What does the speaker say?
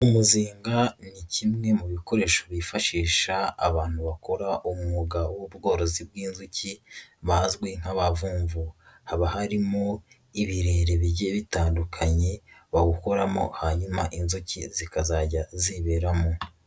Umuzinga ni kimwe mu bikoresho bifashisha abantu bakora umwuga w'ubworozi bw'in inzuki, bazwi nk'abavumvu. Haba harimo ibirere bigiye bitandukanye bawukoramo, hanyuma inzuki zikazajya ziberamo.